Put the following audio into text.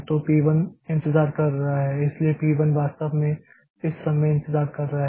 तो P 1 इंतज़ार कर रहा है इसलिए P 1 वास्तव में इस समय इंतज़ार कर रहा है